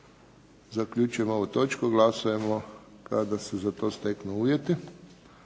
Zaključujem ovu točku. Glasat ćemo kada se za to steknu uvjeti.